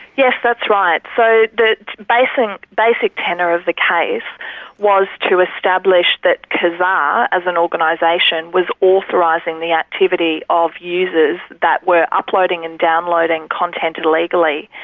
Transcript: yes, that's right. so the basic basic tenor of the case was to establish that kazaa, as an organisation, was authorising the activity of users that were uploading and downloading content illegally,